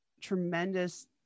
tremendous